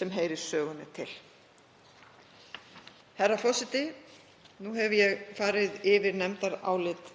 sem heyrir sögunni til. Herra forseti. Nú hef ég farið yfir nefndarálit